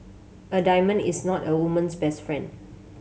a diamond is not a woman's best friend